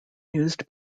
used